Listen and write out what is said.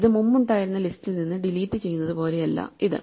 ഇത് മുമ്പ് ഉണ്ടായിരുന്ന ലിസ്റ്റിൽ നിന്ന് ഡിലീറ്റ് ചെയ്യുന്നത് പോലെയല്ല ഇത്